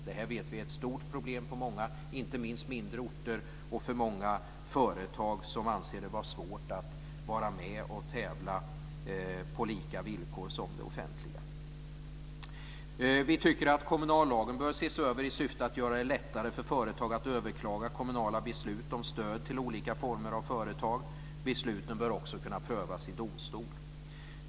Det vet vi är ett stort problem inte minst på mindre orter. Många företag anser att det är svårt att vara med och tävla på lika villkor som det offentliga. Vi tycker att kommunallagen bör ses över i syfte att göra det lättare för företag att överklaga kommunala beslut om stöd till olika former av företag. Besluten bör också kunna prövas i domstol.